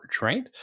right